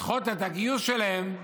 לדחות את הגיוס שלהם,